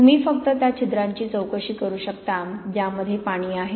तुम्ही फक्त त्या छिद्रांची चौकशी करू शकता ज्यामध्ये पाणी आहे